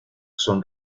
son